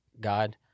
God